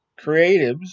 creatives